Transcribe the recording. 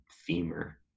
femur